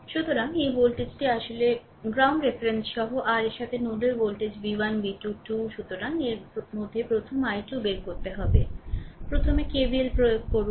সুতরাং এই ভোল্টেজটি আসলে ভূমির রেফারেন্স সহ r এর সাথে নোডাল ভোল্টেজ v1 v2 2 সুতরাং এর মধ্যে প্রথমে i2 বের করতে হবে প্রথমে KVL প্রয়োগ করুন